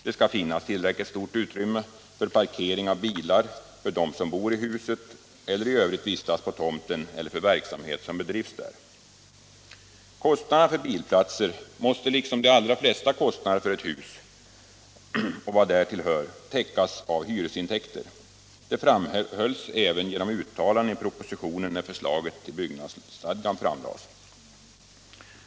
Det skall finnas tillräckligt stort utrymme för parkering av bilar för dem som bor i huset eller i övrigt vistas på tomten och för verksamhet som bedrivs där. Kostnaderna för bilplatser måste liksom de allra flesta kostnader för ett hus och vad därtill hör täckas av hyresintäkter. Detta framhölls även genom uttalanden i propositionen när förslaget till byggnadsstadgan framlades.